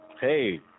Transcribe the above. Hey